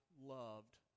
loved